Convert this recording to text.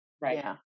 Right